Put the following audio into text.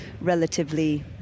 relatively